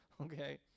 okay